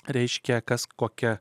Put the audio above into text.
reiškia kas kokia